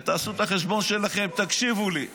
תעשו את החשבון שלכם, תקשיבו לי.